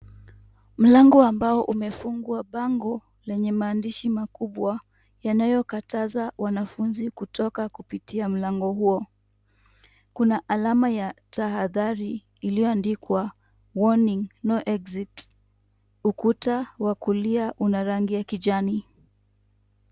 Mlango wa mbao umefungwa. Bango lenye maandishi makubwa yanayokataza wanafunzi kutoka kupitia mlango huo. Kuna alama ya tahadhari iliyoandikwa WARNING NO EXIT . Ukuta wa kulia una rangi ya kijani.